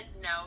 no